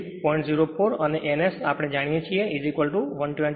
04 અને n S આપણે જાણીએ છીએ 120 fP છે